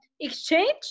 exchange